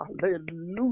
Hallelujah